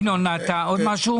ינון, יש לך עוד משהו?